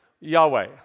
Yahweh